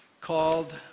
called